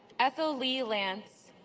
ethyl lee lance,